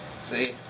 See